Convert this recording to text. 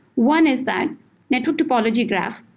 one is that network topology graph.